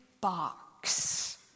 box